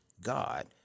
God